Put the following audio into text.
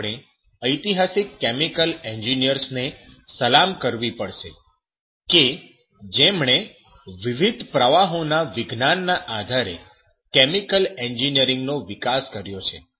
તેથી આપણે ઐતિહાસિક કેમિકલ એન્જિનિયર્સ ને સલામ કરવી પડશે કે જેમણે વિવિધ પ્રવાહોના વિજ્ઞાનના આધારે કેમિકલ એન્જિનિયરિંગ નો વિકાસ કર્યો છે